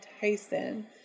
Tyson